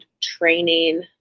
training